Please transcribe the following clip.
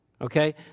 Okay